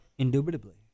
Indubitably